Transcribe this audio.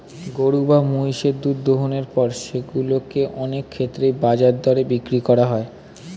গরু বা মহিষের দুধ দোহনের পর সেগুলো কে অনেক ক্ষেত্রেই বাজার দরে বিক্রি করা হয়